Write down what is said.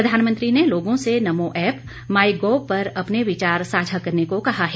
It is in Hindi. प्रधानमंत्री ने लोगों से नमो ऐप माइ गॉव पर अपने विचार साझा करने को कहा है